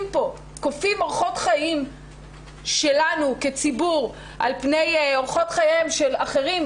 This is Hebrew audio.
אורחות חיים שלנו כציבור על פני אורחות חייהם של אחרים,